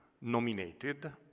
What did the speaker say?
nominated